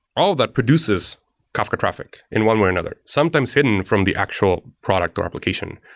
all of that produces kafka traffic in one way or another sometimes hidden from the actual product or application,